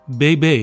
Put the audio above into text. bb